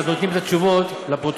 ואז נותנים את התשובות לפרוטוקול,